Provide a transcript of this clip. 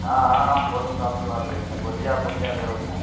ہاں ہاں ہم فوٹو کاپی والے بول رہے ہیں بولیے آپ کو کیا ضرورت ہے